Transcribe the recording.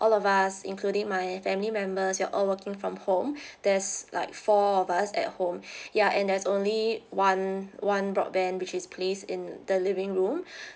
all of us including my family members we're all working from home there's like four of us at home ya and there's only one one broadband which is place in the living room